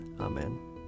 Amen